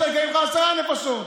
בתל אביב לא עושים את זה.